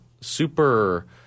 Super